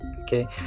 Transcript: Okay